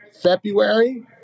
February